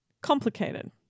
complicated